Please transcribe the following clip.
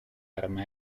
arma